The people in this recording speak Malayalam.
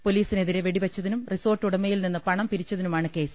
പൊലീസിനെതിരെ വെടിവെച്ചതിനും റിസോർട്ട് ഉടമയിൽ നിന്ന് പണം പിരിച്ചതിനു മാണ് കേസ്